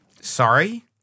Sorry